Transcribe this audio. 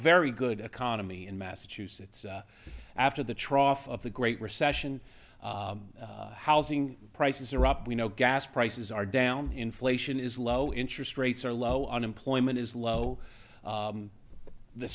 very good economy in massachusetts after the trough of the great recession housing prices are up we know gas prices are down inflation is low interest rates are low unemployment is low